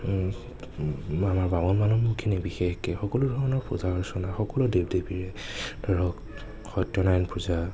আমাৰ বামুণ মানুহখিনি বিশেষকৈ সকলোধৰণৰ পূজা অৰ্চনা সকলো দেৱ দেৱীৰে ধৰক সত্য়নাৰায়ণ পূজা